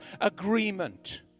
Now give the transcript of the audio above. agreement